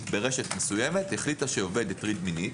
ברשת מסוימת החליטה שעובד הטריד מינית.